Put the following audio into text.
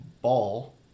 ball